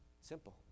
Simple